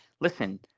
listen